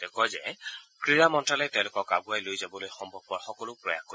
তেওঁ কয় যে ক্ৰীড়া মন্নালয়ে তেওঁলোকক আগুৱাই লৈ যাবলৈ সম্ভৱপৰ সকলো প্ৰয়াস কৰিব